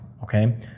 Okay